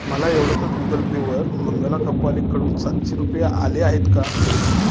मला एवढ्यातच गुगल पेवर मंगला कपालेकडून सातशे रुपये आले आहेत का